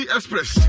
Express